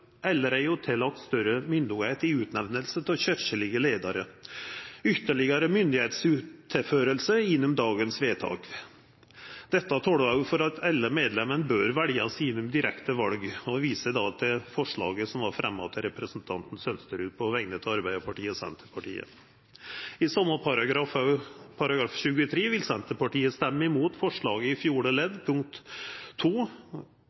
myndigheit i utnemninga av kyrkjelege leiarar. Ytterlegare myndigheit vert tilført gjennom vedtaket i dag. Dette talar for at alle medlemene bør veljast gjennom direkte val. Eg viser til forslaget som vart fremja av representanten Sønsterud på vegner av Arbeidarpartiet og Senterpartiet. Når det gjeld same paragraf, § 23, vil Senterpartiet stemma mot forslaget